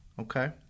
Okay